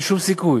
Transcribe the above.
אין שום סיכוי.